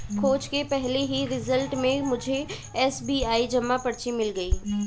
खोज के पहले ही रिजल्ट में मुझे एस.बी.आई जमा पर्ची मिल गई